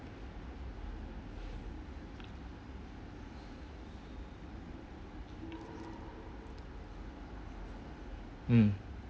mm